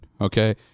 Okay